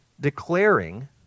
declaring